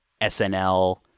SNL